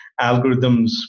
algorithms